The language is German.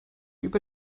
über